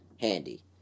handy